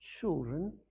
children